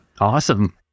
Awesome